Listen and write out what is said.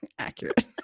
accurate